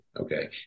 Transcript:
okay